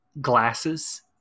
glasses